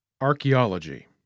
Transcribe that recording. Archaeology